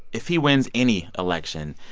if he wins any election,